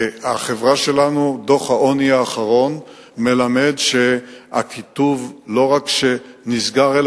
דוח העוני האחרון מלמד שהקיטוב לא רק שלא נסגר,